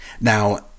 Now